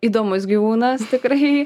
įdomus gyvūnas tikrai